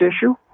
issue